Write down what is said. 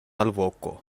alvoko